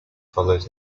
followed